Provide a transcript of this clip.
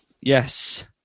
Yes